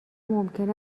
ممکن